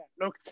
Look